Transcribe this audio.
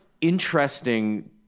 interesting